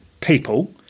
people